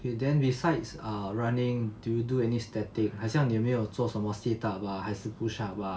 okay then besides ah running do you do any static 好像你有没有做什么 sit up ah 还是 push up ah